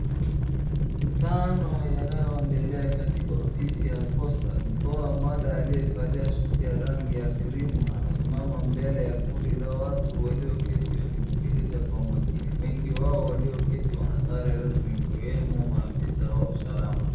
Mkutano yanayoendelea katika ofisi ya posta mtoa mada aliyevalia suti ya rangi ya krimu anasimama mbele ya kundi la watu walioketi wakimsikiliza kwa makini. Wengi wao walioketi wanasare rasmi wakiwemo maafisa wa usalama.